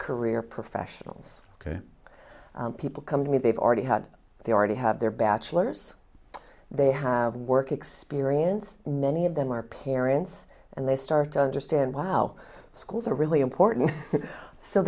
career professionals people come to me they've already had they already have their bachelor's they have work experience many of them are parents and they start to understand wow schools are really important so